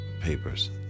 papers